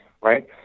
right